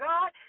God